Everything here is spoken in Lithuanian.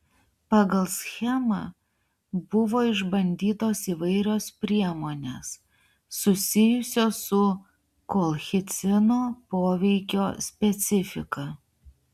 pagal schemą buvo išbandytos įvairios priemonės susijusios su kolchicino poveikio specifika